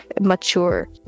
mature